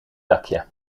dakje